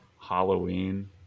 Halloween